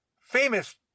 famous